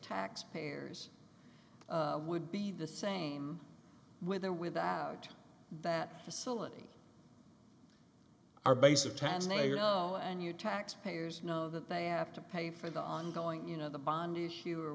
taxpayers would be the same with or without that facility our base of tax now you know and your tax payers know that they have to pay for the ongoing you know the bond issue or